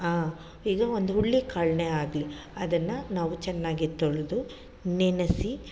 ಈಗ ಒಂದು ಹುಳ್ಳಿ ಕಾಳನ್ನೆ ಆಗಲಿ ಅದನ್ನು ನಾವು ಚೆನ್ನಾಗಿ ತೊಳೆದು ನೆನೆಸಿ